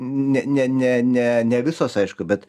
ne ne ne ne ne visos aišku bet